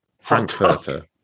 Frankfurter